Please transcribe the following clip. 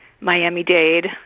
Miami-Dade